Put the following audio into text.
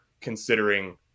considering